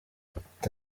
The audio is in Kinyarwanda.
ati